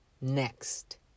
next